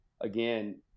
again